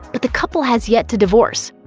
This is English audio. but the couple has yet to divorce.